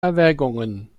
erwägungen